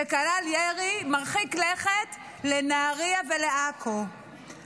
שכלל ירי מרחיק לכת לנהריה ולעכו.